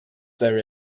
there